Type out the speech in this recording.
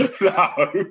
No